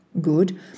good